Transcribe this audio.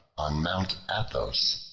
on mount athos,